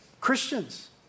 Christians